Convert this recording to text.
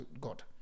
God